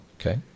Okay